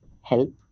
help